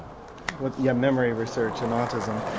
but yeah memory research in autism.